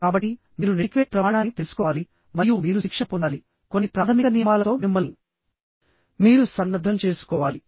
కాబట్టి మీరు నెటిక్వేట్ ప్రమాణాన్ని తెలుసుకోవాలి మరియు మీరు శిక్షణ పొందాలి కొన్ని ప్రాథమిక నియమాలతో మిమ్మల్ని మీరు సన్నద్ధం చేసుకోవాలి